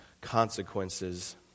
consequences